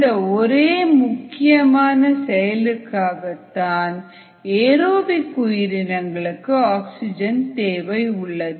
இந்த ஒரே முக்கியமான செயலுக்காக தான் ஏரோபிக் உயிரினங்களுக்கு ஆக்சிஜனின் தேவை உள்ளது